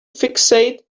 fixate